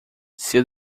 seu